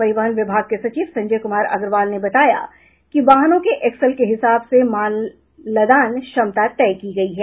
परिवहन विभाग के सचिव संजय कुमार अग्रवाल ने बताया कि वाहनों के एक्सल के हिसाब से माल लदान क्षमता तय की गयी है